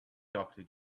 doctor